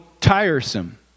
tiresome